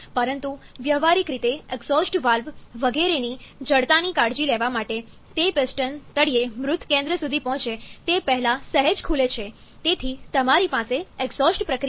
પરંતુ વ્યવહારીક રીતે એક્ઝોસ્ટ વાલ્વ વગેરેની જડતાની કાળજી લેવા માટે તે પિસ્ટન તળિયે મૃત કેન્દ્ર સુધી પહોંચે તે પહેલાં સહેજ ખુલે છે તેથી તમારી પાસે એક્ઝોસ્ટ પ્રક્રિયા છે